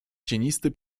cienisty